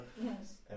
Yes